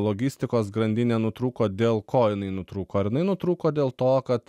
logistikos grandinė nutrūko dėl ko jinai nutrūko ar jinai nutrūko dėl to kad